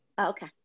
okay